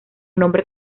nombre